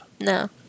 No